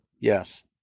Yes